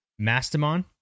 Mastamon